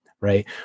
Right